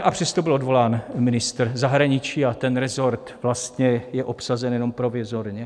A přesto byl odvolán ministr zahraničí a ten resort je vlastně obsazen jenom provizorně.